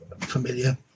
familiar